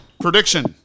prediction